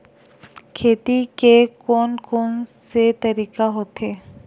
खेती के कोन कोन से तरीका होथे?